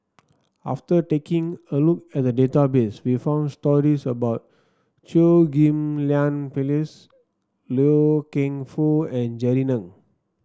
after taking a look at the database we found stories about Chew Ghim Lian Phyllis Loy Keng Foo and Jerry Ng